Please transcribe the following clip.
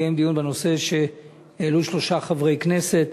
דיון בנושא שהעלו שלושה חברי כנסת